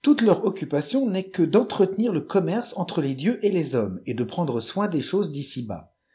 toutes leur decu cation n'est que d'entretenir le commerce entre les dieux et les liommes et de prendre soin des dhoses